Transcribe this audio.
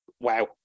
wow